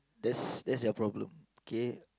that's that's their problem okay